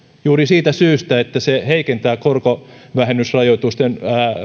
juuri siitä syystä että se heikentää korkovähennysrajoitusten